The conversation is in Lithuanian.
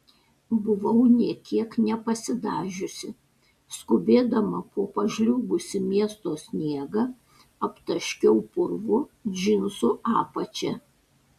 buvau nė kiek nepasidažiusi skubėdama po pažliugusį miesto sniegą aptaškiau purvu džinsų apačią